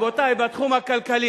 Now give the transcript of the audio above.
התחום החברתי?